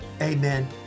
Amen